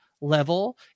level